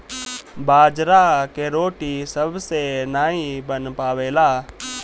बाजरा के रोटी सबसे नाई बन पावेला